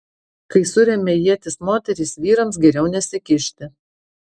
kai suremia ietis moterys vyrams geriau nesikišti